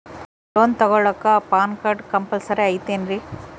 Loan ತೊಗೊಳ್ಳಾಕ PAN card compulsory ಐಯ್ತೇನ್ರಿ?